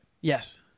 yes